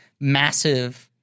massive-